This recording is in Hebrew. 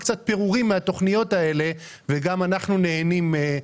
קצת פירורים מהתוכניות האלה וגם אנחנו נהנים מזה,